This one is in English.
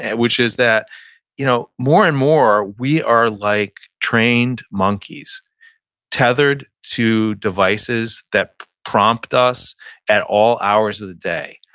which is that you know more and more, we are like trained monkeys tethered to devices that prompt us at all hours of the day.